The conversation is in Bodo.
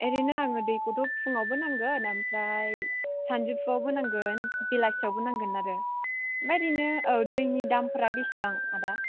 ओरैनो आङो दैखौथ' फुङावबो नांगौ ओमफ्राय सानजौफुआवबो नांगोन बेलासियावबो नांगोन आरो ओमफ्राय ओरैनो औ दैनि दामफ्रा बेसेबां आदा